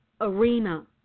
arena